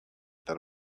that